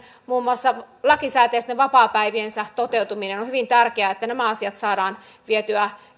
muun muassa heidän lakisääteisten vapaapäiviensä toteutuminen on hyvin tärkeää että nämä asiat saadaan vietyä